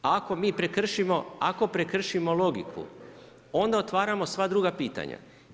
Ako mi prekršimo logiku, onda otvaramo sva druga pitanja.